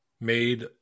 made